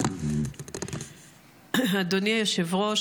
אדוני היושב-ראש,